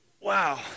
Wow